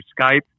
Skype